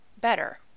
better